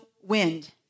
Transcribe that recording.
wind